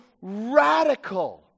radical